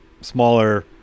smaller